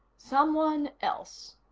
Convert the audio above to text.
someone else.